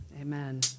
Amen